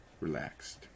relaxed